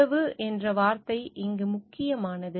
உறவு என்ற வார்த்தை இங்கு முக்கியமானது